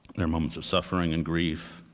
there are moments of suffering and grief,